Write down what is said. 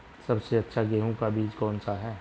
सबसे अच्छा गेहूँ का बीज कौन सा है?